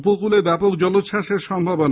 উপকূলে ব্যাপক জলোচ্ছুাসের সম্ভাবনা